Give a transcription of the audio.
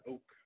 Oak